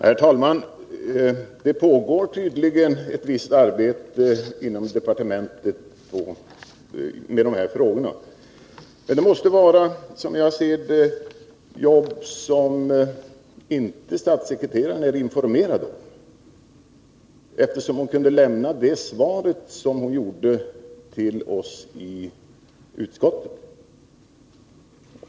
Herr talman! Det pågår tydligen ett visst arbete inom departementet när det gäller de här frågorna. Men det måste, som jag ser det, vara jobb som inte statssekreteraren är informerad om, eftersom hon kunde lämna oss det svar som hon lämnade till utskottet.